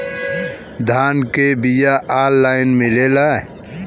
धान के बिया ऑनलाइन मिलेला?